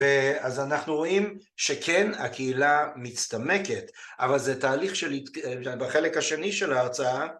ואז אנחנו רואים שכן הקהילה מצטמקת, אבל זה תהליך שבחלק השני של ההרצאה